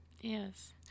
yes